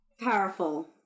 powerful